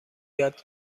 یاد